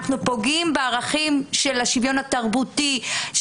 אנחנו פוגעים בערכים של השוויון התרבותי,